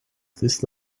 this